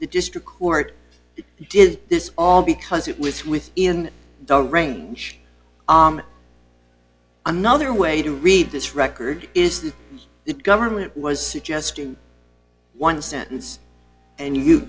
district court did this all because it was with in the range on another way to read this record is that the government was suggesting one sentence and you